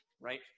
right